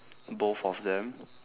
both of them